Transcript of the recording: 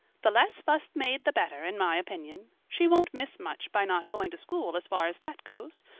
the less fuss made the better, in my opinion. she won't miss much by not going to school, as far as that goes.